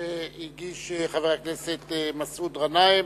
שהגיש חבר הכנסת מסעוד גנאים.